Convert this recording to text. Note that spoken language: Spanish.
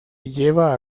lleva